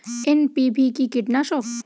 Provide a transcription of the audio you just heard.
NPV কি কীটনাশক?